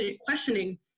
questioning